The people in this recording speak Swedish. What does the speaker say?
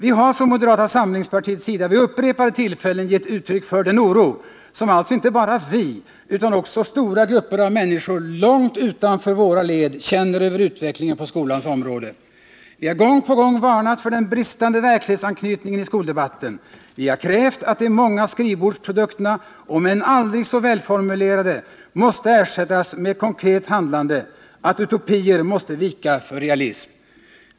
Vi har från moderata samlingspartiets sida vid upprepade ti!lfällen gett uttryck för den oro som inte bara vi utan också stora grupper av människor långt utanför våra led känner över utvecklingen på skolans område. Vi har gång på gång varnat för den bristande verklighetsanknytningen i skoldebatten. Vi har krävt att de många skrivbordsprodukterna, om än aldrig så välformulerade, måste ersättas med konkret handlande, att utopier måste vika för realism.